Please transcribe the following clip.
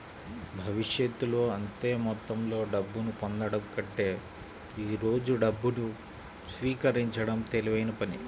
భవిష్యత్తులో అంతే మొత్తంలో డబ్బును పొందడం కంటే ఈ రోజు డబ్బును స్వీకరించడం తెలివైన పని